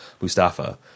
Mustafa